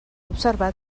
observat